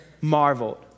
marveled